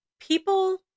people